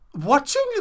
Watching